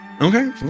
okay